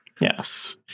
Yes